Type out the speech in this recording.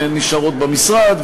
והן נשארות במשרד.